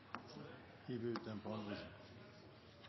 sender ut en sak på